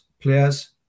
players